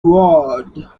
roared